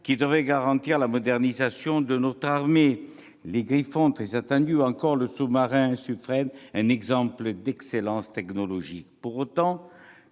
qui devaient garantir la modernisation de notre armée : les blindés Griffon, très attendus, ou encore le sous-marin Suffren, un exemple d'excellence technologique. Pour autant,